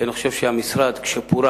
כי אני חושב שכשהמשרד פורק